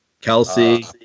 Kelsey